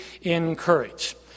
encourage